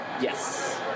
Yes